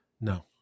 No